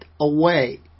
away